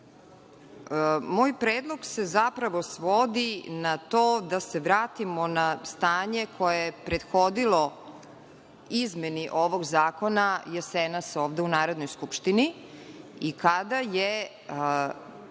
predlog se zapravo svodi na to da se vratimo na stanje koje je prethodilo izmeni ovog zakona, jesenas u Narodnoj skupštini i kada je